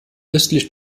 östlich